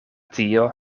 tio